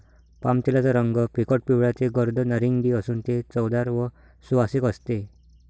पामतेलाचा रंग फिकट पिवळा ते गर्द नारिंगी असून ते चवदार व सुवासिक असते